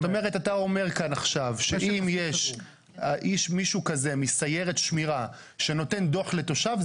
אתה אומר כאן עכשיו שאם יש מישהו כזה מסיירת שמירה שנותן דוח לתושב,